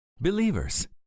Believers